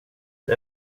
det